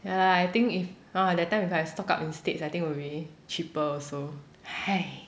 ya lah I think if hor I that time if I stock up instead I think will be cheaper also !hais!